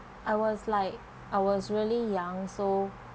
I was like I was really young so